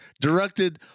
Directed